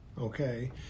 okay